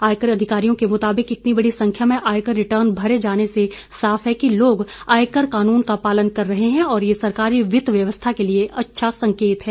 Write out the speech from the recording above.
आयकर अधिकारियों के मुताबिक इतनी बड़ी संख्या में आयकर रिटर्न भरे जाने से साफ है कि लोग आयकर कानून का पालन कर रहे हैं और ये सरकारी वित्त व्यवस्था के लिए अच्छा संकेत है